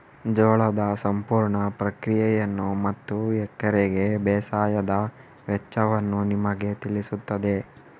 ಜೋಳದ ಸಂಪೂರ್ಣ ಪ್ರಕ್ರಿಯೆಯನ್ನು ಮತ್ತು ಎಕರೆಗೆ ಬೇಸಾಯದ ವೆಚ್ಚವನ್ನು ನಿಮಗೆ ತಿಳಿಸುತ್ತದೆ